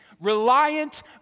reliant